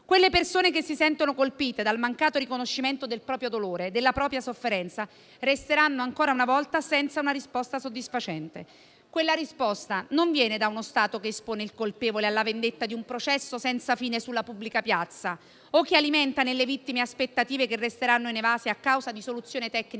Quelle persone che si sentono colpite dal mancato riconoscimento del proprio dolore e della propria sofferenza resteranno ancora una volta senza una risposta soddisfacente. Quella risposta non viene da uno Stato che espone il colpevole alla vendetta di un processo senza fine sulla pubblica piazza o che alimenta nelle vittime aspettative che resteranno inevase a causa di soluzioni tecniche